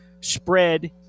spread